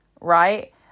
Right